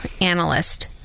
analyst